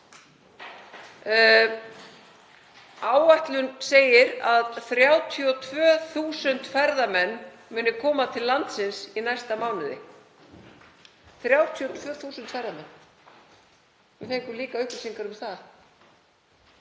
Áætlun segir að 32.000 ferðamenn muni koma til landsins í næsta mánuði, 32.000 ferðamenn. Við fengum líka upplýsingar um það.